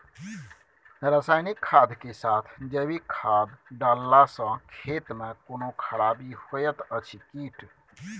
रसायनिक खाद के साथ जैविक खाद डालला सॅ खेत मे कोनो खराबी होयत अछि कीट?